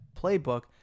playbook